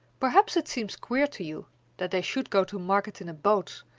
perhaps it seems queer to you that they should go to market in a boat,